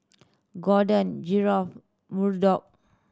Gordon Geoff Murdock